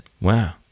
Wow